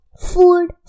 Food